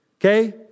Okay